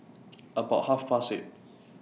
about Half Past eight